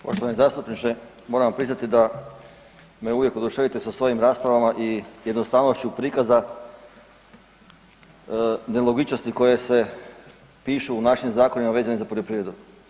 Poštovani zastupniče, moram vam priznati da me uvijek oduševite sa svojim raspravama i jednostavnošću prikaza nelogičnosti koje se pišu u našim zakonima vezanih za poljoprivredu.